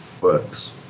works